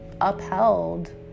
upheld